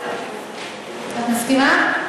את מסכימה?